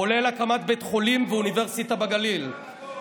כולל הקמת בית חולים ואוניברסיטה בגליל.